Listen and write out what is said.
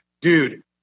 dude